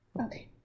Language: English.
Okay